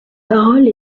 parole